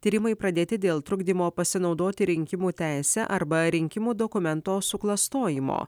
tyrimai pradėti dėl trukdymo pasinaudoti rinkimų teise arba rinkimų dokumento suklastojimo